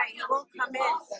ah yeah go come out